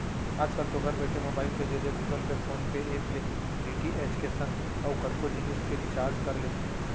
आजकल तो घर बइठे मोबईल के जरिए Google Pay, PhonePe app ले डी.टी.एच के संग अउ कतको जिनिस के रिचार्ज कर लेथे